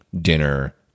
dinner